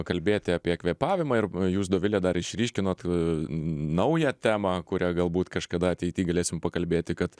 kalbėti apie kvėpavimą ir jūs dovile dar išryškinot naują temą kuria galbūt kažkada ateity galėsim pakalbėti kad